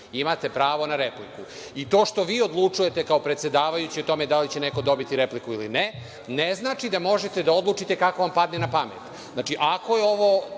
imate pravo na repliku. To što vi odlučujete kao predsedavajući o tome da li će neko dobiti repliku ili ne, ne znači da možete da odlučite kako vam padne na pamet.